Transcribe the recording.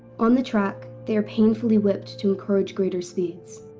on the track, they are painfully whipped to encourage greater speeds.